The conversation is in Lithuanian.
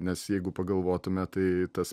nes jeigu pagalvotume tai tas